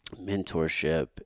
mentorship